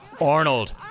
Arnold